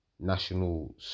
national